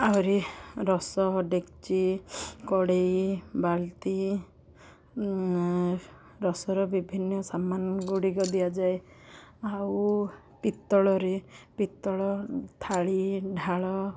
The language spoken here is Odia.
ଆହୁରି ରସ ଡେକ୍ଚି କଡ଼େଇ ବାଲତି ରସର ବିଭିନ୍ନ ସାମାନ ଗୁଡ଼ିକ ଦିଆଯାଏ ଆଉ ପିତ୍ତଳରେ ପିତ୍ତଳ ଥାଳି ଢାଳ